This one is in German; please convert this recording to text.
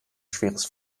schweres